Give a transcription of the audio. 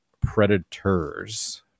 predators